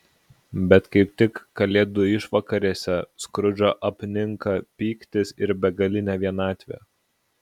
bet kaip tik kalėdų išvakarėse skrudžą apninka pyktis ir begalinė vienatvė